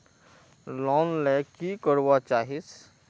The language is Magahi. लोन ले की करवा चाहीस?